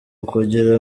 ukugira